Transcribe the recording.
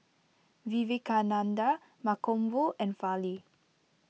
Vivekananda Mankombu and Fali